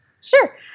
sure